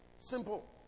Simple